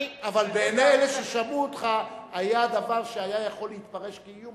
אבל בעיני אלה ששמעו אותך היה דבר שהיה יכול להתפרש כאיום.